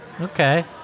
Okay